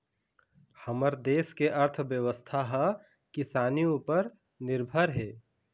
हमर देस के अर्थबेवस्था ह किसानी उपर निरभर हे